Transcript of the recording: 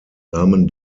nahmen